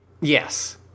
Yes